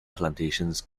plantations